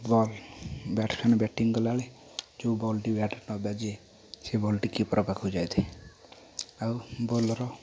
ଏବଂ batsman batting କଲାବେଳେ ଯେଉଁ ବଲଟି ବ୍ୟାଟରେ ନ ବାଜେ ସେ ବଲ୍ ଟି କିପରି ପାଖକୁ ଯାଇଥାଏ ଆଉ ବୋଲର